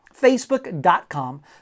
Facebook.com